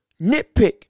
nitpick